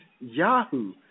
Yahoo